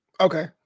Okay